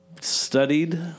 studied